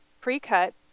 pre-cut